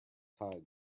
tides